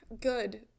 Good